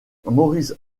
maurice